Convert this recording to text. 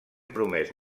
promès